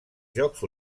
jocs